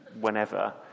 whenever